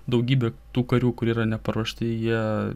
daugybė tų karių kurie yra neparuošti jie